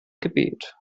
gebet